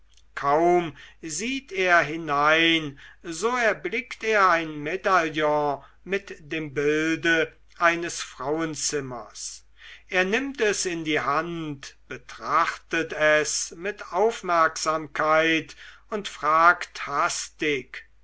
kaum sieht er hinein so erblickt er ein medaillon mit dem bilde eines frauenzimmers er nimmt es in die hand betrachtet es mit aufmerksamkeit und fragt hastig